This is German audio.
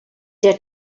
der